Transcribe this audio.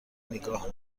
نگاه